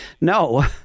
No